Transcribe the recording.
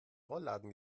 rollladen